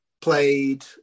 played